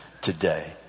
today